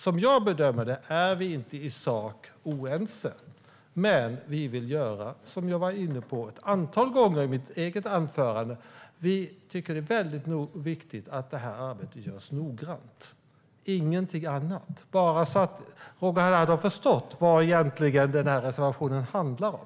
Som jag bedömer det är vi i sak inte oense. Men vi tycker, som jag var inne på ett antal gånger i mitt anförande, att det är mycket viktigt att detta arbete görs noggrant - ingenting annat. Jag säger detta så att Roger Haddad förstår vad den här reservationen egentligen handlar om.